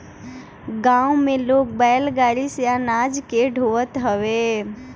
गांव में लोग बैलगाड़ी से अनाज के ढोअत हवे